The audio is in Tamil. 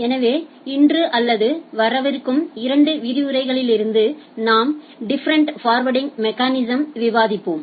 எனவே இன்று அல்லது வரவிருக்கும் இரண்டு பாடத்தில் நாம் டிஃப்ரன்ட் ஃபர்வேர்டிங் மெக்கானிசம்களை விவாதிப்போம்